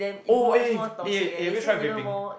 oh if eh eh have you tried vaping